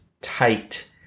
tight